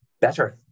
Better